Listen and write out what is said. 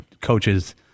coaches